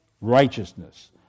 righteousness